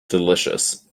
delicious